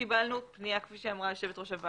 קיבלנו שתי פניות